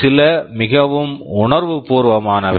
சில மிகவும் உணர்வு பூர்வமானவை